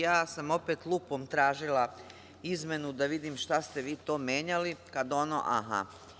Ja sam opet lupom tražila izmenu da vidim šta ste vi to menjali, kad ono, aha.